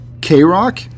K-Rock